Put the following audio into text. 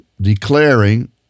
declaring